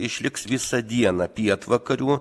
išliks visą dieną pietvakarių